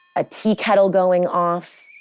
a tea kettle going off.